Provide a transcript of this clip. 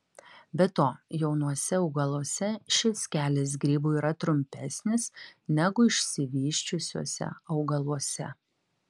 be to jaunuose augaluose šis kelias grybui yra trumpesnis negu išsivysčiusiuose augaluose